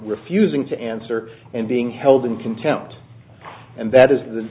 refusing to answer and being held in contempt and that is